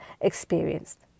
experienced